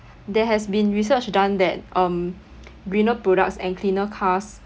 there has been research done that um greener products and cleaner cars